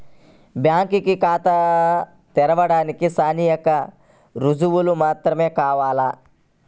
Bank ఖాతా తెరవడానికి స్థానిక రుజువులు మాత్రమే కావాలా?